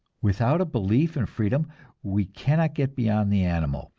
without a belief in freedom we cannot get beyond the animal,